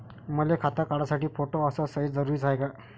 मले खातं काढासाठी फोटो अस सयी जरुरीची हाय का?